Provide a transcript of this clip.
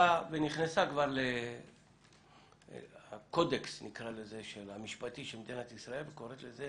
פסיקה ונכנסה כבר לקודקס המשפטי של מדינת ישראל וקוראת לזה